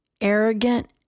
arrogant